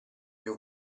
più